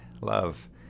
love